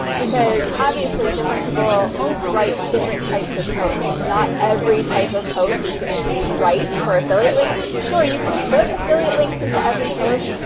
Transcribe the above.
because obviously, different people write different types of posts. and not every type of post is going to be right for affiliate links. sure. you can put affiliate links into every post.